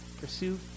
Pursue